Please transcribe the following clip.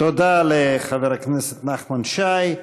תודה לחבר הכנסת נחמן שי.